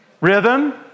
Rhythm